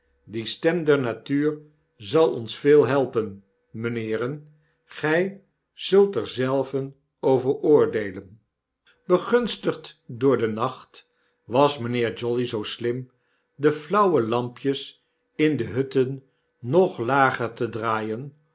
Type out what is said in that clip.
die stem der natuur zal ons veel helpen mynheeren gij zult er zelven over oordeelen begunstigd door den nacht was mijnheer jolly zoo slim de flauwe lampjes indehutten nog lager te draaien